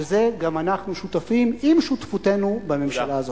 לזה גם אנחנו שותפים עם שותפותינו בממשלה הזו.